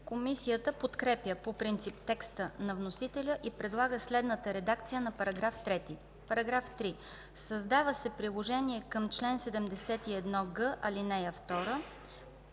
Комисията подкрепя по принцип текста на вносителя и предлага следната редакция на § 3: „§ 3. Създава се приложение към чл. 71г, ал. 2: